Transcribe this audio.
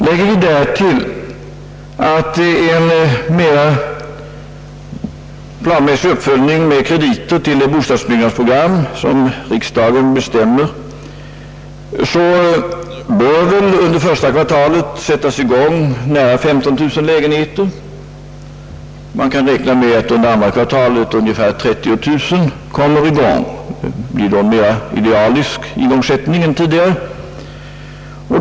Lägger vi till detta att det blir en mera planmässig uppföljning med krediter till det bostadsbyggnadsprogram, som riksdagen bestämmer, så bör väl under första kvartalet sättas i gång nära 15 000 lägenheter, medan man kan räkna med att under andra kvartalet antalet blir ungefär 30000 — det blir alltså då en mera idealisk igångsättning än tidigare.